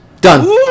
done